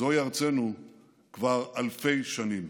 זוהי ארצנו כבר אלפי שנים.